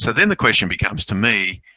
so then the question becomes to me.